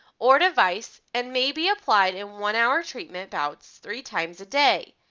or device, and may be applied in one hour treatment about so three times a day.